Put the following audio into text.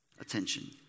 attention